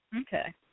Okay